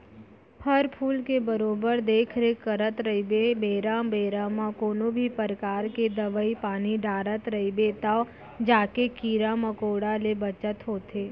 फर फूल के बरोबर देख रेख करत रइबे बेरा बेरा म कोनों भी परकार के दवई पानी डारत रइबे तव जाके कीरा मकोड़ा ले बचत होथे